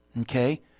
Okay